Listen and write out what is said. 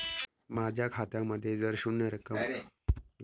माझ्या खात्यामध्ये जर शून्य रक्कम असेल तर खाते बंद होते का?